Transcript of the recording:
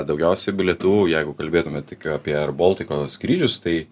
daugiausiai bilietų jeigu kalbėtume tik apie airbaltic skrydžius tai